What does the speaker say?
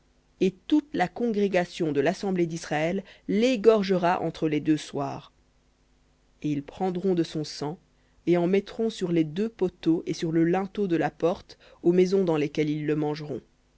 et toute la congrégation de l'assemblée d'israël l'égorgera entre les deux soirs et ils prendront de son sang et en mettront sur les deux poteaux et sur le linteau de la porte aux maisons dans lesquelles ils le mangeront